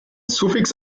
suffix